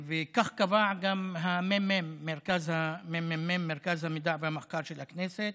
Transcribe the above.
כך קבע גם הממ"מ, מרכז המידע והמחקר של הכנסת.